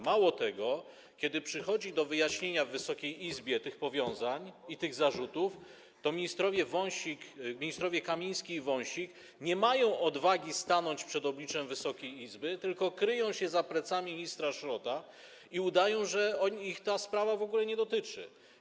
Mało tego, kiedy przychodzi do wyjaśnienia w Wysokiej Izbie tych powiązań i tych zarzutów, to ministrowie Kamiński i Wąsik nie mają odwagi stanąć przed obliczem Wysokiej Izby, tylko kryją się za plecami ministra Szrota i udają, że ich ta sprawa w ogóle nie dotyczy.